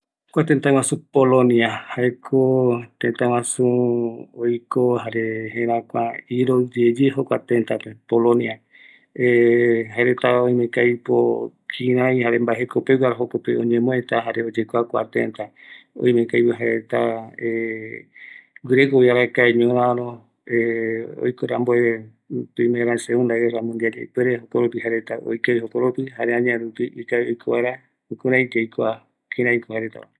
Kua polonia, jaeko iroɨ jenda, mbaetɨ yaikua kïraïko jaereta yogueru oiko arakae guive, jare mbaeko jae reta oasa arakae yave iyɨpɨ reta ndive